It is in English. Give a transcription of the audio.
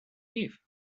eve